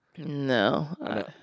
No